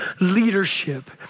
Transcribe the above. leadership